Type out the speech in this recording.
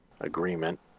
agreement